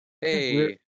Hey